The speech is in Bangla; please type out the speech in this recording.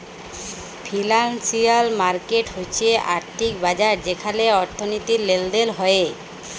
ফিলান্সিয়াল মার্কেট হচ্যে আর্থিক বাজার যেখালে অর্থনীতির লেলদেল হ্য়েয়